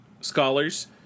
scholars